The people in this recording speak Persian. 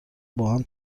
باهم